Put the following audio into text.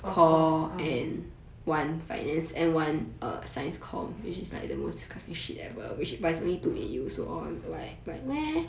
four cores ah